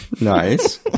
Nice